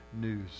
news